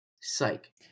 psych